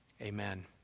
Amen